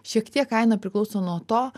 šiek tiek kaina priklauso nuo to